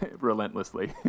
relentlessly